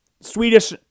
Swedish